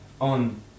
on